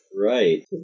Right